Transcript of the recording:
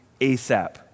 ASAP